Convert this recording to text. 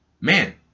man